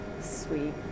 Sweet